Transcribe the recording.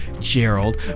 Gerald